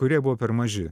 kurie buvo per maži